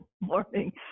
morning